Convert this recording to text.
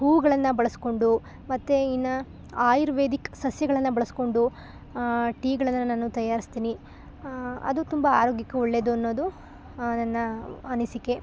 ಹೂವುಗಳನ್ನು ಬಳಸಿಕೊಂಡು ಮತ್ತು ಇನ್ನು ಆಯುರ್ವೇದಿಕ್ ಸಸ್ಯಗಳನ್ನ ಬಳಸ್ಕೊಂಡು ಟೀಗಳನ್ನು ನಾನು ತಯಾರಿಸ್ತೀನಿ ಅದು ತುಂಬ ಆರೋಗ್ಯಕ್ಕೂ ಒಳ್ಳೆದು ಅನ್ನೋದು ನನ್ನ ಅನಿಸಿಕೆ